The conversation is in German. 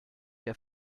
der